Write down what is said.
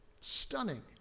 Stunning